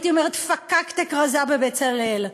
הייתי אומרת פקקטה כרזה ב"בצלאל".